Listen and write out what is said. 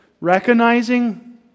recognizing